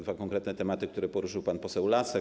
dwa konkretne tematy, które poruszył pan poseł Lasek.